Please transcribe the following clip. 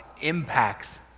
impacts